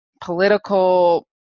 political